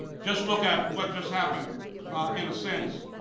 just look at what just happened in a sense